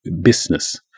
business